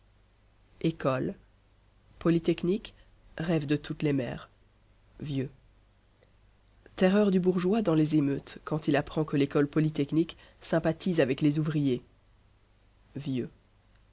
écoles polytechnique rêve de toutes les mères vieux terreur du bourgeois dans les émeutes quand il apprend que l'ecole polytechnique sympathise avec les ouvriers